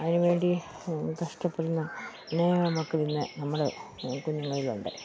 അതിനു വേണ്ടി കഷ്ടപ്പെടുന്ന അനേകം മക്കളിന്നു നമ്മുടെ കുഞ്ഞങ്ങളിലുണ്ട്